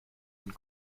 une